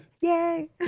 Yay